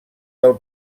del